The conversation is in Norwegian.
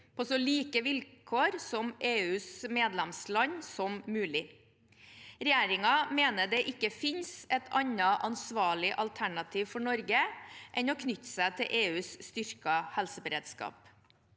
på så like vilkår som EUs medlemsland som mulig. Regjeringen mener det ikke finnes et annet ansvarlig alternativ for Norge enn å knytte seg til EUs styrkede helseberedskap.